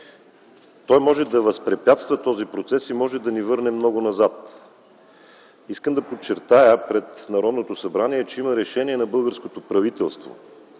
Той може да възпрепятства този процес и може да ни върне много назад. Искам да подчертая пред Народното събрание, че има решение на българското правителство,